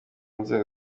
nzego